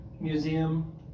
museum